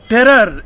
Terror